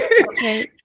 Okay